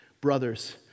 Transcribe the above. brothers